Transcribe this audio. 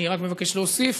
אני רק מבקש להוסיף